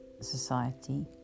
society